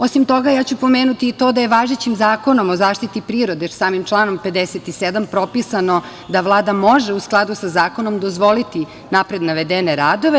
Osim toga, ja ću pomenuti i to da je važećim Zakonom o zaštiti prirode, samim članom 57. propisano da Vlada može u skladu sa zakonom dozvoliti napred navedene radove.